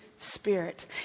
Spirit